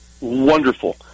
Wonderful